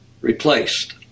replaced